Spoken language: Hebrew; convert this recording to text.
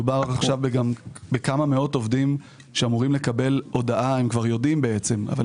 מדובר בכמה מאות עובדים שאמורים לקבל הודעה רשמית